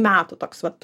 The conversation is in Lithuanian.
metų toks vat